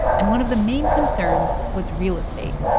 and one of the main concerns was real estate.